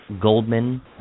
Goldman